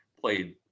played